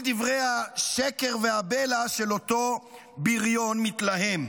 דברי השקר והבלע של אותו בריון מתלהם.